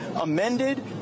amended